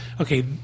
okay